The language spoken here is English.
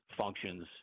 functions